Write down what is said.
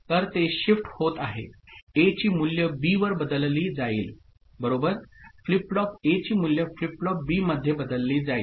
तर ते शिफ्ट होत आहे A ची मूल्य B वर बदलली जाईल ओके फ्लिप फ्लॉप A ची मूल्य फ्लिप फ्लॉप B मध्ये बदलली जाईल